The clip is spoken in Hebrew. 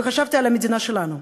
וחשבתי על המדינה שלנו.